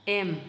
M